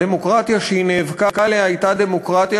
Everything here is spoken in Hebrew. הדמוקרטיה שהיא נאבקה עליה הייתה דמוקרטיה